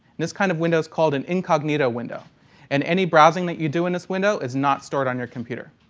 this kind of window is called an incognito window and any browsing that you do in this window is not stored on your computer.